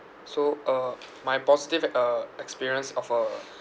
so uh my positive uh experience of uh